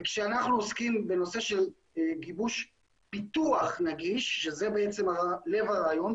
וכשאנחנו עוסקים בנושא של גיבוש פיתוח נגיש שזה בעצם לב הרעיון,